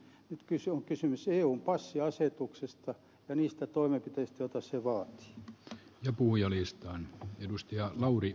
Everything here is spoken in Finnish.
nyt on kysymys eun passiasetuksesta ja niistä toimenpiteistä joita se vaatii